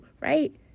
right